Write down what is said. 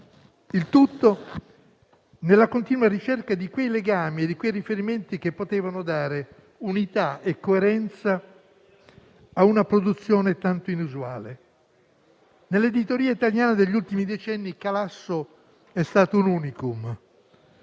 il tutto nella continua ricerca di quei legami e di quei riferimenti che potevano dare unità e coerenza a una produzione tanto inusuale. Nell'editoria italiana degli ultimi decenni Calasso è stato un *unicum*.